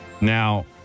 Now